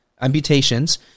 amputations